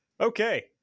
Okay